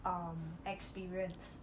um experience